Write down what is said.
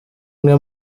umwe